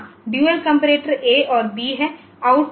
वहां dual computer A और B हैं